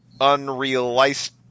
unrealized